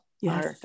Yes